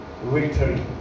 victory